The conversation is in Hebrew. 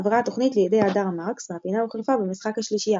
עברה התוכנית לידי הדר מרקס והפינה הוחלפה במשחק "השלישייה"